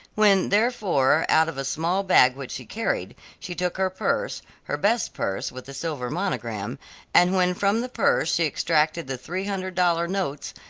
when, therefore, out of a small bag which she carried, she took her purse her best purse with the silver monogram and when from the purse she extracted the three hundred-dollar notes,